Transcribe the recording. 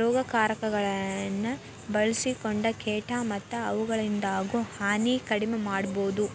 ರೋಗಕಾರಕಗಳನ್ನ ಬಳ್ಸಿಕೊಂಡ ಕೇಟ ಮತ್ತ ಅವುಗಳಿಂದಾಗೋ ಹಾನಿ ಕಡಿಮೆ ಮಾಡಬೋದು